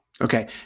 Okay